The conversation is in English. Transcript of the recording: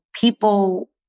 people